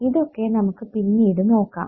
ഇതൊക്കെ നമുക്ക് പിന്നീട് നോക്കാം